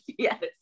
Yes